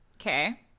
Okay